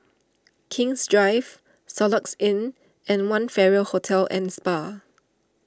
King's Drive Soluxe Inn and one Farrer Hotel and Spa